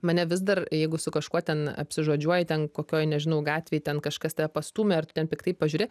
mane vis dar jeigu su kažkuo ten apsižodžiuoji ten kokioj nežinau gatvėj ten kažkas tave pastūmė ar tu ten piktai pažiūri